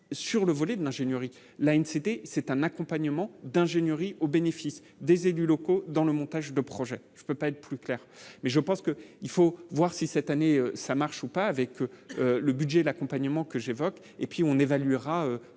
sur le volume d'ingénierie la une, c'était c'est un accompagnement d'ingénierie au bénéfice des élus locaux dans le montage de projets, je ne peux pas être plus clair, mais je pense qu'il faut voir si cette année ça marche ou pas avec eux, le budget de l'accompagnement que j'évoque, et puis on évaluera